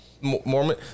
Mormon